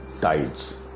tides